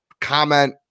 comment